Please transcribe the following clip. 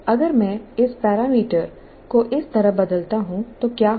अगर मैं इस पैरामीटर को इस तरह बदलता हूं तो क्या होता है